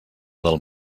del